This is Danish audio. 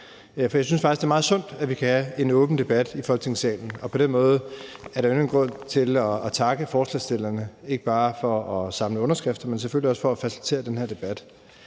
For jeg synes faktisk, det er meget sundt, at vi kan have en åben debat i Folketingssalen, og på den måde er der jo endnu en grund til at takke stillerne for ikke bare at samle underskrifter, men selvfølgelig også for at facilitere den her debat.